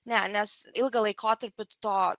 ne nes ilgą laikotarpį to